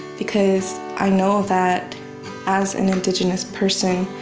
because i know that as an indigenous person,